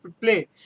play